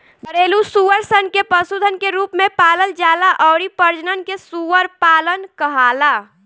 घरेलु सूअर सन के पशुधन के रूप में पालल जाला अउरी प्रजनन के सूअर पालन कहाला